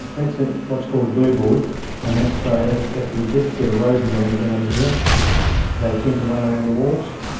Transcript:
that's ah what's called glue board and that's for if if we did get a rodent or anything in here they tend to run around the walls,